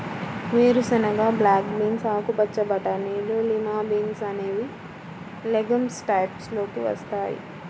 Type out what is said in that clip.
వేరుశెనగ, black beans, ఆకుపచ్చ బటానీలు, లిమా బీన్స్ అనేవి లెగమ్స్ టైప్స్ లోకి వస్తాయి